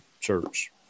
Church